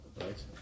Right